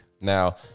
Now